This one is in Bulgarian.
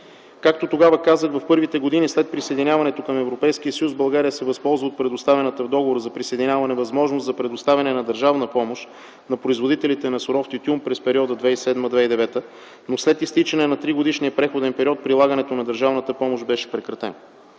Както тогава казах, в първите години след присъединяването към Европейския съюз България се възползва от предоставената в Договора за присъединяване възможност за предоставяне на държавна помощ на производителите на суров тютюн през периода 2007-2009 г., но след изтичане на тригодишния преходен период прилагането на държавната помощ беше прекратено.